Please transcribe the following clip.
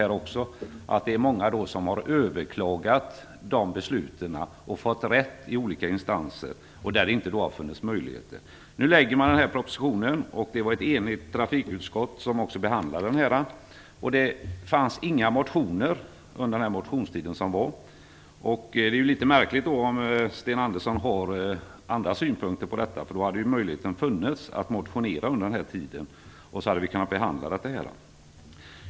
Det är alltså många som har överklagat besluten och fått rätt i olika instanser, där det inte har funnits överklagandemöjlighet. Nu har den här propositionen lagts fram, och ett enigt trafikutskott har behandlat den. Det väcktes inga motioner under motionstiden. Det är litet märkligt att Sten Andersson har andra synpunkter på detta, därför att han hade haft möjlighet att motionera under den här tiden. Vi kunde då ha behandlat motionen i utskottet.